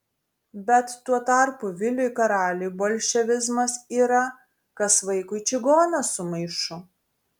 bet tuo tarpu viliui karaliui bolševizmas yra kas vaikui čigonas su maišu